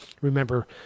remember